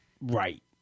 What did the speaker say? right